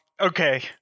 Okay